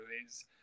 movies